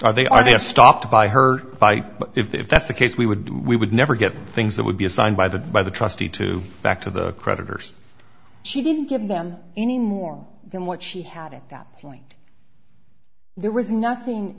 are they are they stopped by her fight but if that's the case we would we would never get things that would be assigned by the by the trustee to back to the creditors she didn't give them any more than what she had at that point there was nothing